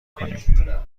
کنیم